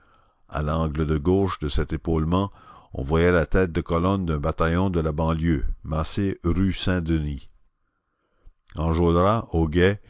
à l'angle de gauche de cet épaulement on voyait la tête de colonne d'un bataillon de la banlieue massé rue saint-denis enjolras au guet